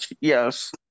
Yes